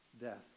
death